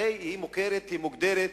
הרי היא מוכרת ומוגדרת,